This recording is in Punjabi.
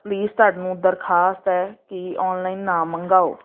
ਪਲੀਜ਼ ਤੁਹਾਨੂੰ ਦਰਖਾਸਤ ਹੈ ਕਿ ਔਨਲਾਈਨ ਨਾ ਮੰਗਵਾਓ